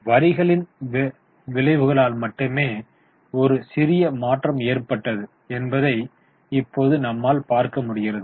வரிகளின் விளைவுகளால் மட்டுமே ஒரு சிறிய மாற்றம் ஏற்பட்டது என்பதை இப்போது நம்மால் பார்க்க முடிகிறது